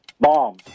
Bomb